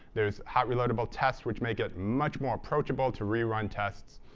there's hot-reloadable tests, which make it much more approachable to rerun tests.